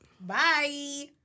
Bye